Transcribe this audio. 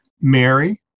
Mary